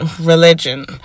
religion